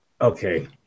Okay